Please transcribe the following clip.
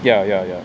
ya ya ya